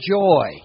joy